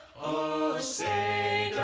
o say